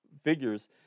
figures